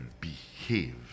behave